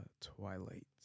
Twilight